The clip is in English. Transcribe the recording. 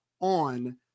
On